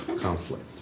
conflict